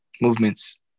movements